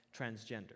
transgender